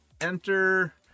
enter